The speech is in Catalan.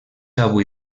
avui